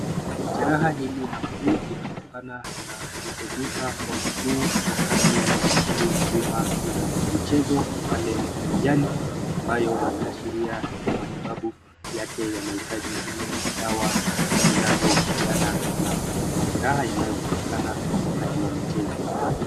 Jeraha hili la mguu linatokana na kuteguka kwa mguu wakati wa shughuli nzima ya michezo pale uwanjani ambayo inaashiria matibabu yake yanahitaji ile dawa zinazohusiana na majeraha yanayopatikana wakati wa michezo.